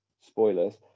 spoilers